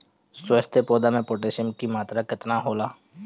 स्वस्थ पौधा मे पोटासियम कि मात्रा कितना होला?